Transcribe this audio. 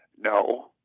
no